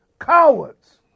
Cowards